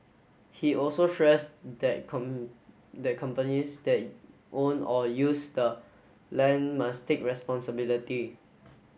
he also stressed that that companies that own or use the land must take responsibility